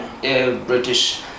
British